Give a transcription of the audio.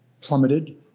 plummeted